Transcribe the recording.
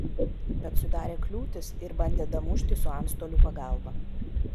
bet sudarė kliūtis ir bandė damušti su antstolių pagalba